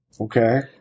Okay